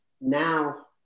Now